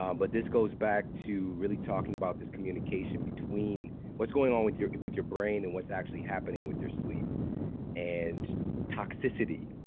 um but this goes back to really talking about this communication between what's going on with your with your brain and what's actually happening with your sleep and toxicity,